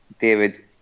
David